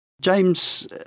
James